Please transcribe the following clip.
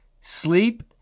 Sleep